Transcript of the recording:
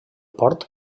port